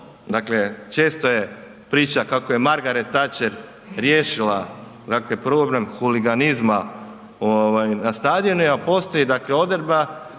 dakle često je priča kako je Margaret Thacher riješila problem huliganizma na stadionima. Postoji dakle